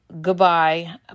Goodbye